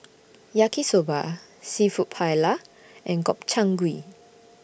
Yaki Soba Seafood Paella and Gobchang Gui